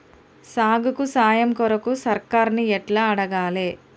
సాగుకు సాయం కొరకు సర్కారుని ఎట్ల అడగాలే?